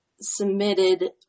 submitted